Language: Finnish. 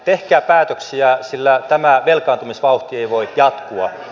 tehkää päätöksiä sillä tämä velkaantumisvauhti ei voi jatkua